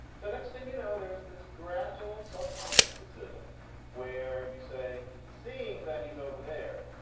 so next thing you know, there's this gradual, subconscious decision where you say seeing that he's over there,